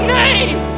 name